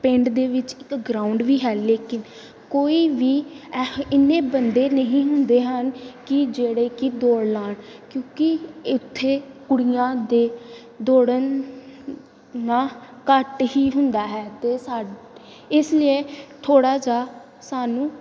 ਪਿੰਡ ਦੇ ਵਿੱਚ ਇੱਕ ਗਰਾਊਂਡ ਵੀ ਹੈ ਲੇਕਿਨ ਕੋਈ ਵੀ ਇਹ ਇੰਨੇ ਬੰਦੇ ਨਹੀਂ ਹੁੰਦੇ ਹਨ ਕਿ ਜਿਹੜੇ ਕਿ ਦੌੜ ਲਾਉਣ ਕਿਉਂਕਿ ਇੱਥੇ ਕੁੜੀਆਂ ਦੇ ਦੌੜਨ ਨਾ ਘੱਟ ਹੀ ਹੁੰਦਾ ਹੈ ਅਤੇ ਸਾ ਇਸ ਲਈ ਥੋੜ੍ਹਾ ਜਿਹਾ ਸਾਨੂੰ